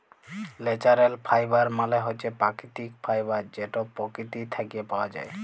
ল্যাচারেল ফাইবার মালে হছে পাকিতিক ফাইবার যেট পকিতি থ্যাইকে পাউয়া যায়